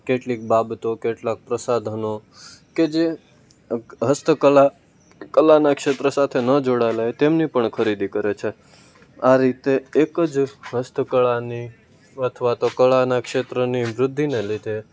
કેટલીક બાબતો કેટલાક પ્રસાધનો કે જે હસ્તકલા કલાના ક્ષેત્ર સાથે ન જોડાયેલા હોય તેમની પણ ખૂબ ખરીદી કરે છે આ રીતે એક જ હસ્તકળાની અથવા તો કળાના ક્ષેત્રની વૃદ્ધિને લીધે